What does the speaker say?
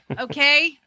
okay